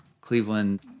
Cleveland